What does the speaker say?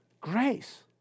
Grace